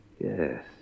Yes